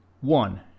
One